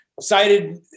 cited